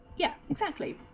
yet exactly